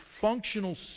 functional